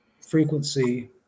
frequency